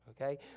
Okay